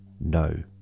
No